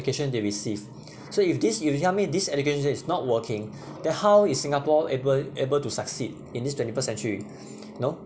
education they received so if this if you tell me this education is not working then how is singapore able able to succeed in this twenty first century know